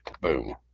Boom